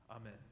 Amen